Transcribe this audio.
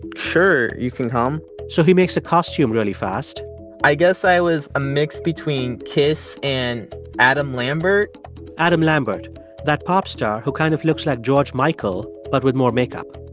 sure, you can come so he makes a costume really fast i guess i was a mix between kiss and adam lambert adam lambert that pop star who kind of looks like george michael, but with more makeup